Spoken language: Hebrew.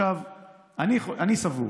אני סבור